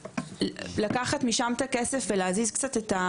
לקחת משם את הכסף ולהזיז קצת,